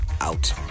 out